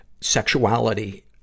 sexuality